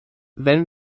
wenn